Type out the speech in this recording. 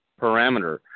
parameter